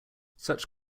such